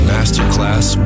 Masterclass